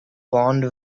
bond